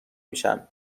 میشن